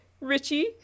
richie